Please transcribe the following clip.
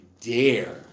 dare